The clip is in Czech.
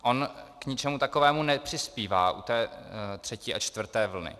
On k ničemu takovému nepřispívá u té třetí a čtvrté vlny.